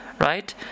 Right